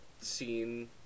scene